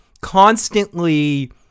constantly